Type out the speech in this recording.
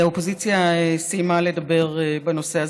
האופוזיציה סיימה לדבר בנושא הזה,